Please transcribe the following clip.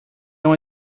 uma